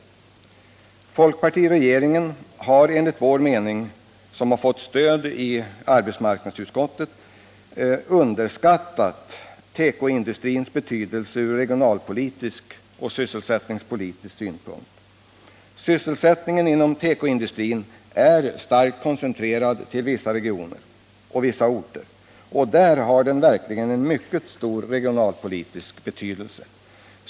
Folkpartiregeringen har enligt vår mening, och här har vi fått stöd av arbetsmarknadsutskottet, underskattat tekoindustrins betydelse från regionalpolitisk och sysselsättningspolitisk synpunkt. Sysselsättningen inom tekoindustrin är starkt koncentrerad till vissa regioner och vissa orter. Där har den verkligen en mycket stor regionalpolitisk betydelse.